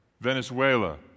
Venezuela